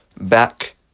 back